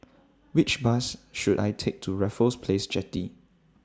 Which Bus should I Take to Raffles Place Jetty